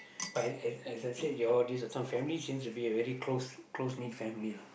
but as as as I said your this one family seems to be a very close close knit family lah